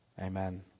amen